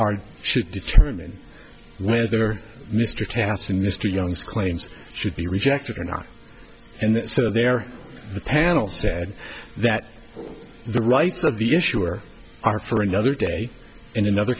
our should determine whether mr taft and mr young's claims should be rejected or not and so they are the panel said that the rights of the issuer are for another day in another